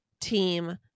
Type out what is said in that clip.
team